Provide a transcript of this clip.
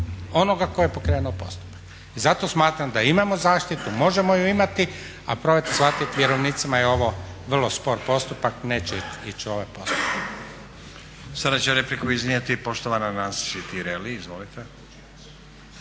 onoga tko je pokrenuo postupak. Zato smatram da imamo zaštitu, možemo ju imati, a probajte shvatit vjerovnicima je ovo vrlo spor postupak, neće ići u ovaj postupak. **Stazić, Nenad (SDP)** Sada će repliku iznijeti poštovana Nansi Tireli. Izvolite.